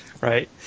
Right